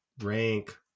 rank